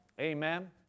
Amen